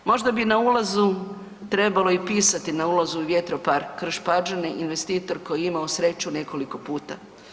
Možda bi na ulazu trebalo i pisati, na ulazu u vjetropark Krš-Pađene, investitor koji je imao sreću nekoliko puta.